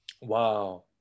Wow